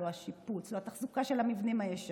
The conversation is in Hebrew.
לא השיפוץ, לא התחזוקה של המבנים הישנים,